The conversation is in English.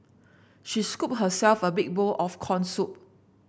she scooped herself a big bowl of corn soup